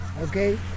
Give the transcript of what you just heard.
okay